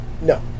No